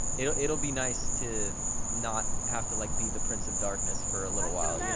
it'll it'll be nice to not have to, like be the prince of darkness for ah little while, yeah